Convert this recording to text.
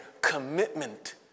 commitment